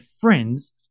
friends